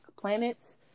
planets